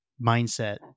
mindset